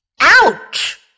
Ouch